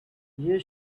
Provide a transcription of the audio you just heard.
you